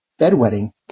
bedwetting